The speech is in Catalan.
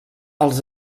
els